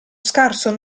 scarso